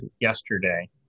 yesterday